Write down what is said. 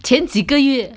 前几个月